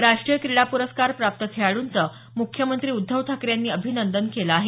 राष्ट्रीय क्रीडा पुरस्कार प्राप्त खेळाड्रंचं मुख्यमंत्री उद्धव ठाकरे यांनी अभिनंदन केलं आहे